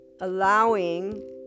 allowing